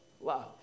love